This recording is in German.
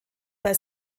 bei